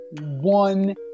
One